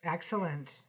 Excellent